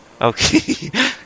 okay